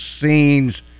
scenes